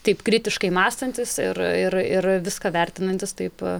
taip kritiškai mąstantys ir ir ir viską vertinantys taip